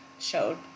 showed